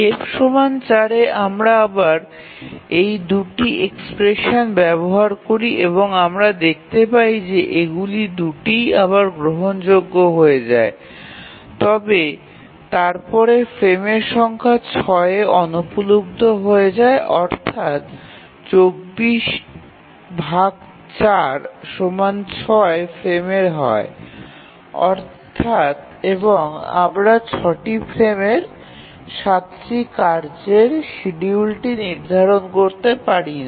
F ৪ এ আমরা আবার এই ২ টি এক্সপ্রেশন ব্যবহার করি এবং আমরা দেখতে পাই যে এগুলি দুটিই আবার গ্রহণযোগ্য হয়ে যায় তবে তারপরে ফ্রেমের সংখ্যা ৬ এ অনুপলব্ধ হয়ে যায় অর্থাৎ ২৪৪৬ ফ্রেমের হয় এবং আমরা ৬ টি ফ্রেমের ৭ টি কার্যের শিডিউলটি নির্ধারণ করতে পারি না